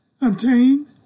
obtain